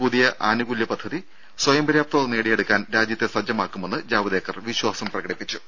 പുതിയ ആനുകൂല്യ പദ്ധതി സ്വയംപര്യാപ്തത നേടിയെടുക്കാൻ രാജ്യത്തെ സജ്ജമാക്കുമെന്ന് ജാവ്ദേക്കർ വിശ്വാസം പ്രകടിപ്പിച്ചു